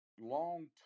Long